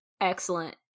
excellent